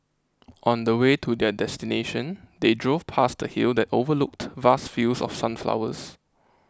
on the way to their destination they drove past a hill that overlooked vast fields of sunflowers